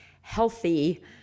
healthy